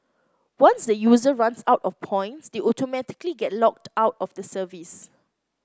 once the user runs out of points they automatically get locked out of the service